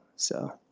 so.